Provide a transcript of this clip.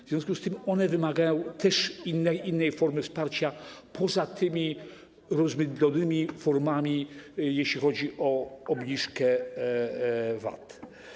W związku z tym one wymagają też innej formy wsparcia, poza tymi rozmydlonymi formami, jeśli chodzi o obniżkę VAT.